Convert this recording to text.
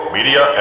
Media